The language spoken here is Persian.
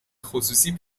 خصوصی